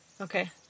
Okay